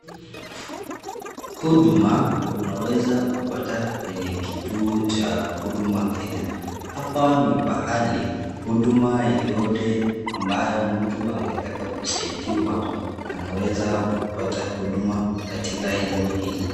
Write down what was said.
Huduma, unaweza kupata kwenye kituo cha Huduma Kenya, hapa ni pahali, ambayo huduma yote mtu angetaka kusaidiwa, anaweza kupata huduma katika eneo hili.